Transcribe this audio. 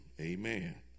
Amen